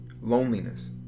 loneliness